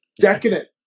Decadent